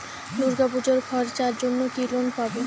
দূর্গাপুজোর খরচার জন্য কি লোন পাব?